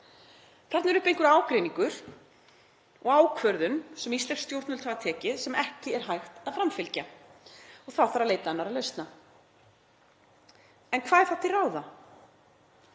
Þarna er uppi einhver ágreiningur og ákvörðun sem íslensk stjórnvöld hafa tekið sem ekki er hægt að framfylgja. Þá þarf að leita annarra lausna. En hvað er þá til ráða?